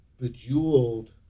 bejeweled